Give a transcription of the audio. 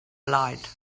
light